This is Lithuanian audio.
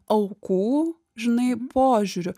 aukų žinai požiūriu